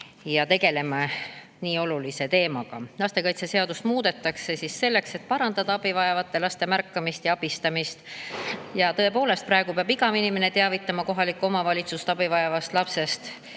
ja tegeleme nii olulise teemaga. Lastekaitseseadust muudetakse siis selleks, et parandada abi vajavate laste märkamist ja abistamist. Tõepoolest, ka praegu peab iga inimene teavitama kohalikku omavalitsust abi vajavast lapsest,